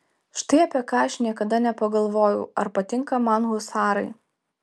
štai apie ką aš niekada nepagalvojau ar patinka man husarai